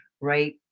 right